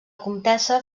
comtessa